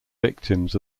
victims